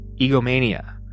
egomania